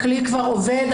הכלי כבר עובד,